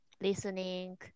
listening